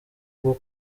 bwo